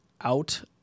out